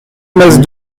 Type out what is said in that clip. mas